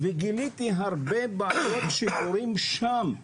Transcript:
גיליתי הרבה בעיות שקורים שם.